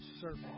servant